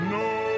no